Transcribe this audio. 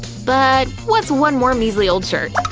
but what's one more measly old shirt?